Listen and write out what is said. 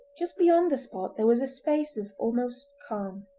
just beyond the spot there was a space of almost calm.